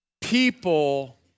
people